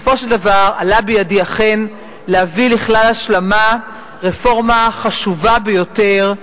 עלה בידי אכן להביא לכלל השלמה רפורמה חשובה ביותר.